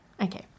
Okay